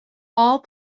all